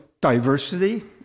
diversity